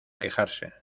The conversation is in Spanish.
quejarse